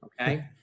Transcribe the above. Okay